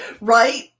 Right